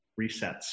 resets